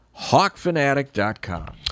hawkfanatic.com